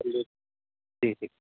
چلیے ٹھیک ٹھیک